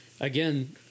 again